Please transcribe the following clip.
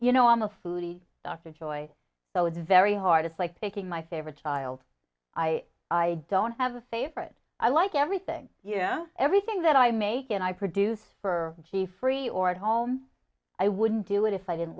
you know i'm a foodie dr joy so it's very hard it's like taking my favorite child i i don't have a favorite i like everything you know everything that i make and i produce for g free or at home i wouldn't do it if i didn't